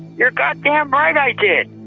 you're goddamn right i did.